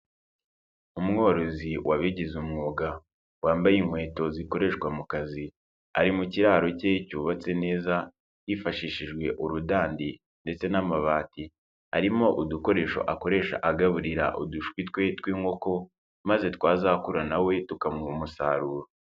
Umworozi wabigize umwuga, wambaye inkweto zikoreshwa mu kazi, ari mu kiraro cye cyubatse neza hifashishijwe urudandi ndetse n'amabati, arimo udukoresho akoresha agaburira udushwi twe tw'inkoko maze twazakura na we tukamuha umusaruro.